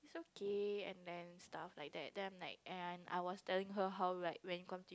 it's okay and then stuff like that then I'm like and I was tell her how like when come to